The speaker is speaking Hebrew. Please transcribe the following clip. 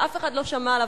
שאף אחד לא שמע עליו,